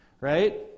Right